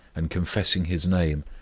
and confessing his name,